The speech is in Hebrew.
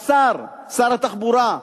השר, שר התחבורה,